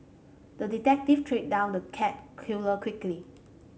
the detective tracked down the cat killer quickly